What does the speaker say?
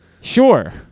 Sure